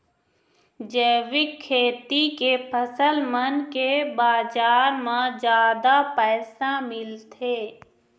जैविक खेती के फसल मन के बाजार म जादा पैसा मिलथे